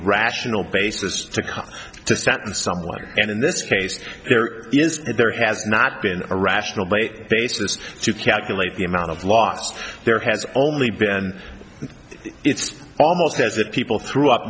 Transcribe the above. rational basis to come to sentence someone and in this case there is there has not been a rational a basis to calculate the amount of loss there has only been it's almost as if people threw up